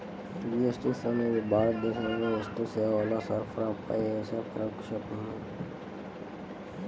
GST అనేది భారతదేశంలో వస్తువులు, సేవల సరఫరాపై యేసే పరోక్ష పన్ను